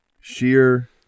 sheer